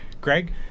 Greg